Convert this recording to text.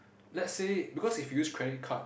let's say because if you use credit card